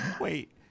Wait